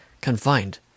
confined